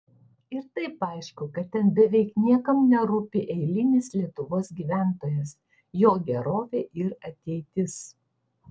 ir taip aišku kad ten beveik niekam nerūpi eilinis lietuvos gyventojas jo gerovė ir ateitis